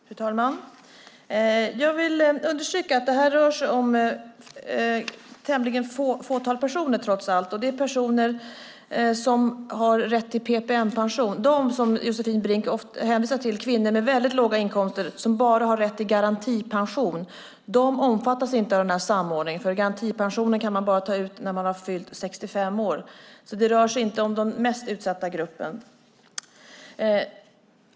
Fru talman! Jag vill understryka att det trots allt rör sig om tämligen få personer. Det är personer som har rätt till PPM-pension. De kvinnor med väldigt låga inkomster som Josefin Brink hänvisar till och som bara har rätt till garantipension omfattas inte av samordningen. Garantipensionen kan man bara ta ut när man har fyllt 65 år. Det rör sig inte om den mest utsatta gruppen.